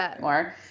more